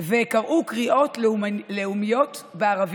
וקראו קריאות לאומניות בערבית.